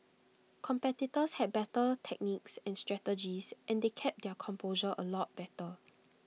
competitors had better techniques and strategies and they kept their composure A lot better